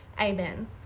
Amen